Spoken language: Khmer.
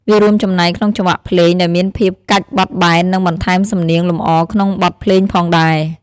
វារួមចំណែកក្នុងចង្វាក់ភ្លេងដែលមានភាពកាច់បត់បែន និងបន្ថែមសំនៀងលម្អក្នុងបទភ្លេងផងដែរ។